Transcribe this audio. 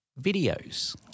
videos